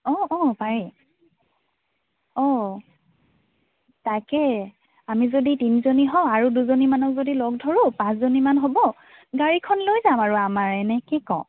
অ অ পাৰে অ তাকে আমি যদি তিনিজনী হওঁ আৰু দুজনীমানক যদি লগ ধৰোঁ পাঁচজনীমান হ'ব গাড়ীখন লৈ যাম আৰু আমাৰে নে কি কৱ